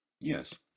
Yes